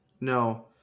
No